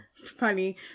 funny